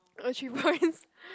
oh three points